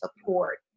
support